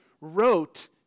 wrote